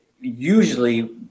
usually